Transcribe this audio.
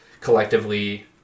collectively